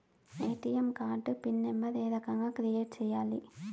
ATM card PIN number ఏ రకంగా create సేయాలి